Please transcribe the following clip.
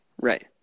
Right